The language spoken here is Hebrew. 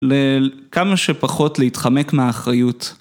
ל... כמה שפחות להתחמק מהאחריות.